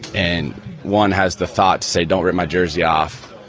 and one has the thought to say, don't get my jersey off,